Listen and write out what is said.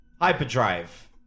hyperdrive